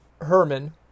Herman